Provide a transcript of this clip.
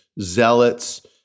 zealots